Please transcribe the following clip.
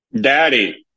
Daddy